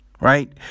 right